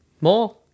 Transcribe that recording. More